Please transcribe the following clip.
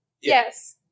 Yes